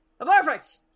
Perfect